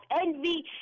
envy